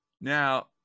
Now